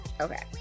Okay